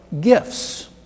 gifts